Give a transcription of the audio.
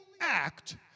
act